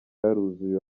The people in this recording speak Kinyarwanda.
yaruzuye